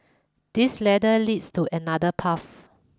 this ladder leads to another path